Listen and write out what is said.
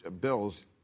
bills